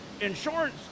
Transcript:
insurance